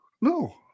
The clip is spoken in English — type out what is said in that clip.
No